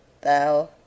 Thou